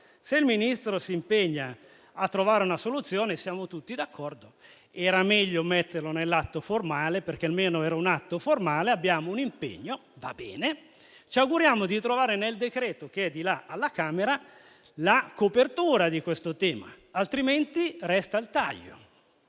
se il Ministro si impegna a trovare una soluzione, siamo tutti d'accordo. Era meglio metterlo nell'atto formale, perché almeno era un atto formale. Abbiamo un impegno - va bene - e ci auguriamo di trovare nel decreto-legge che è in discussione alla Camera la copertura di questo tema, altrimenti resta il taglio.